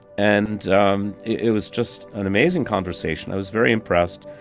and um it was just an amazing conversation. i was very impressed.